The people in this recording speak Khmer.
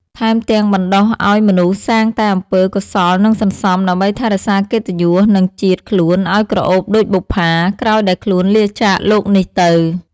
ថែមទាំងបណ្ដុះឲ្យមនុស្សសាងតែអំពើកុសលនិងសន្សំ ដើម្បីថែរក្សាកិត្តិយសនិងជាតិខ្លួនឲ្យក្រអូបដូចបុប្ផា ក្រោយដែលខ្លួនលាចាកលោកនេះទៅ។